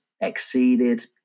Exceeded